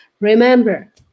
Remember